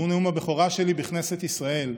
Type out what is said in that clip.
שהוא נאום הבכורה שלי בכנסת ישראל,